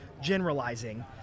generalizing